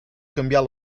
canviar